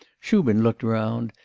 shubin looked round,